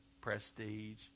prestige